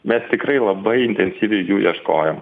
mes tikrai labai intensyviai jų ieškojom